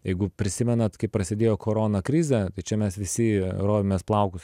jeigu prisimenat kaip prasidėjo korona krizė tai čia mes visi rovėmės plaukus